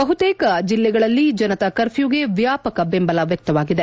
ಬಹುತೇಕ ಜಿಲ್ಲೆಗಳಲ್ಲಿ ಜನತಾ ಕರ್ಫ್ಟೂಗೆ ವ್ಯಾಪಕ ಬೆಂಬಲ ವ್ನಕ್ತವಾಗಿದೆ